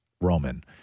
Roman